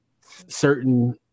certain